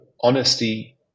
honesty